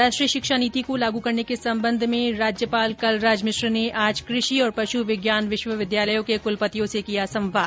्रीय शिक्षा नीति को लागू करने के सम्बन्ध में राज्यपाल कलराज मिश्र ने आज कृषि और पश्नु विज्ञान विश्वविद्यालयों के कुलपतियों से किया संवाद